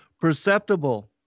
perceptible